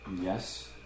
Yes